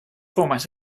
format